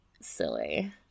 silly